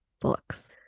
books